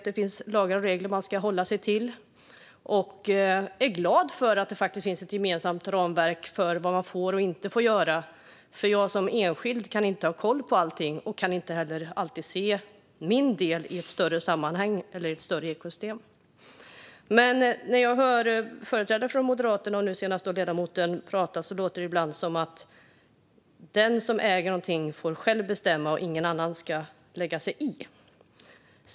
Det finns lagar och regler som man ska hålla sig till, och jag är glad för att det finns ett gemensamt ramverk för vad man får och inte får göra, för som enskild kan man inte alltid ha koll på allting, och man kan heller inte alltid se sin egen del i ett större sammanhang eller i ett större ekosystem. När jag hör företrädare för Moderaterna och senast ledamoten själv tala låter det dock som att den som äger något själv får bestämma, och ingen annan ska lägga sig i.